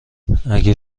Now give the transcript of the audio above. اگه